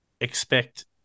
expect